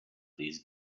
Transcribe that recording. these